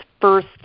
first